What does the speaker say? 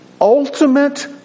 ultimate